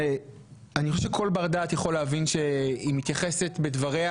ואני חושב שכל בר דעת יכול להבין שהיא מתייחסת בדבריה,